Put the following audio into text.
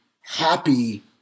happy